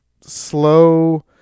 slow